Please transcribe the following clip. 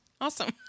Awesome